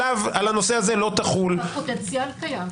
על הנושא הזה לא תחול --- הפוטנציאל קיים.